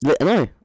No